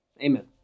Amen